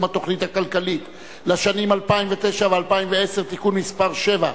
התוכנית הכלכלית לשנים 2009 ו-2010) (תיקון מס' 7),